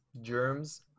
germs